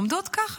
עומדות ככה,